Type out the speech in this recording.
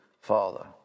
Father